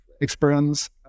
experience